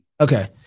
Okay